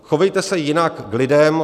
Chovejte se jinak k lidem!